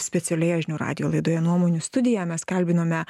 specialioje žinių radijo laidoje nuomonių studija mes kalbinome